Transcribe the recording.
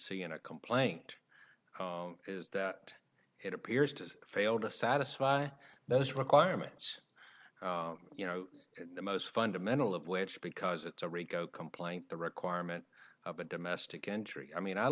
see in a complaint is that it appears to fail to satisfy those requirements you know the most fundamental of which because it's a rico complaint the requirement of a domestic entry i mean i